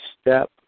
step